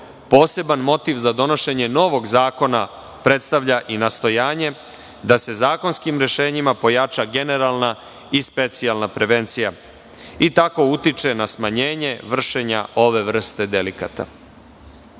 poseban motiv za donošenje novog zakona predstavlja i nastojanje da se zakonskim rešenjima pojača generalna i specijalna prevencija i tako utiče na smanjenje vršenja ove vrste